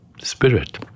spirit